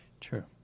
true